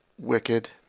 Wicked